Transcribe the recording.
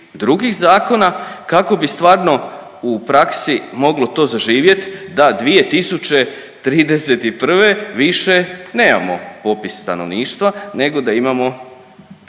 drugih zakona kako bi stvarno u praksi moglo to zaživjet da 2031. više nemamo popis stanovništva nego da imamo